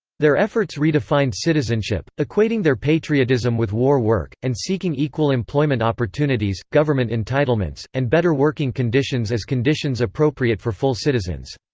their efforts redefined citizenship, equating their patriotism with war work, and seeking equal employment opportunities, government entitlements, and better working conditions as conditions appropriate for full citizens.